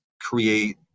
create